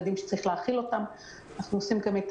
צריך להצדיע לכל